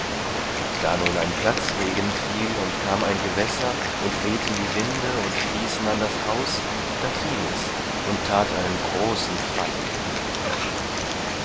da nun ein platzregen fiel und kam ein gewässer und wehten die winde und stießen an das haus da fiel es und tat einen großen fall